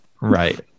Right